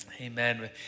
Amen